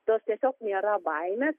tos tiesiog nėra baimės